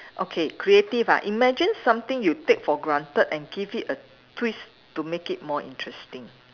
okay creative ah imagine something you take for granted and give it a twist to make it more interesting